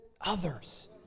others